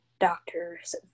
doctor's